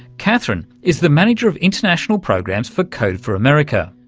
catherine is the manager of international programs for code for america.